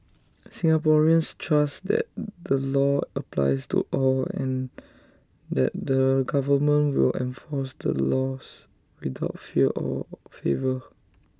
Singaporeans trust that the law applies to all and that the government will enforce the laws without fear or favour